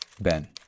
ben